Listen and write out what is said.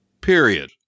period